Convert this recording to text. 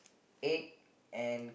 egg and